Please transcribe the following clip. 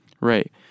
Right